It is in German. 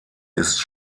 ist